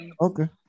Okay